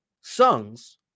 songs